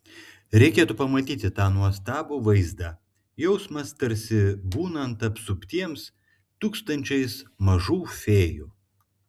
reikėtų pamatyti tą nuostabų vaizdą jausmas tarsi būnant apsuptiems tūkstančiais mažų fėjų